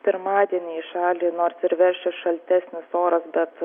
pirmadienį į šalį nors ir veši šaltesnis oras bet